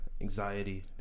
anxiety